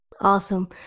Awesome